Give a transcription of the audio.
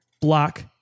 block